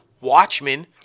Watchmen